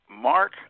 Mark